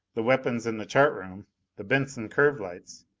the weapons in the chart room the benson curve lights,